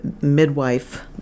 midwife